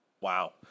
Wow